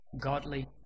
godly